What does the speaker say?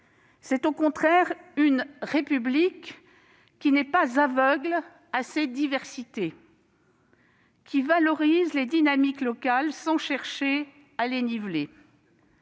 C'est, au contraire, une République qui n'est pas aveugle à ses diversités et qui valorise les dynamiques locales sans chercher à les niveler.